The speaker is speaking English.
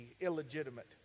illegitimate